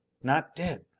not dead!